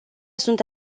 sunt